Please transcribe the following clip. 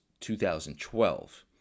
2012